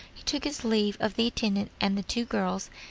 he took his leave of the intendant and the two girls,